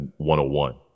101